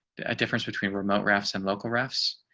a difference between remote rafts and local refs.